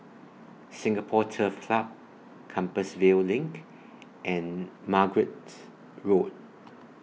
Singapore Turf Club Compassvale LINK and Margate Road